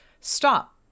stop